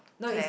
no is